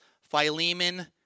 Philemon